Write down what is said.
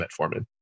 metformin